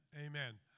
Amen